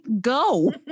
go